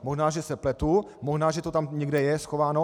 Možná že se pletu, možná že to tam někde je schováno.